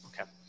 Okay